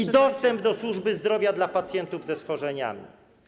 I dostęp do służby zdrowia dla pacjentów ze schorzeniami.